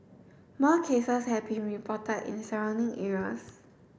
more cases have been reported in surrounding areas